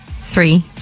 Three